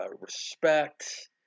respect